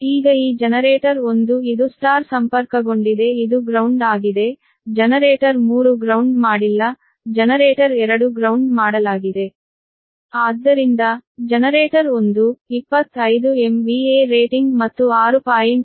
ಈಗ ಈ ಜನರೇಟರ್ 1 ಇದು ಸ್ಟಾರ್ ಸಂಪರ್ಕಗೊಂಡಿದೆ ಇದು ಗ್ರೌಂಡ್ ಆಗಿದೆ ಜನರೇಟರ್ 3 ಗ್ರೌಂಡ್ ಮಾಡಿಲ್ಲ ಜನರೇಟರ್ 2 ಗ್ರೌಂಡ್ ಮಾಡಲಾಗಿದೆ ಆದ್ದರಿಂದ ಜನರೇಟರ್ 1 25 MVA ರೇಟಿಂಗ್ ಮತ್ತು 6